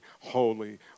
holy